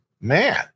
man